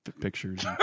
pictures